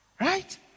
Right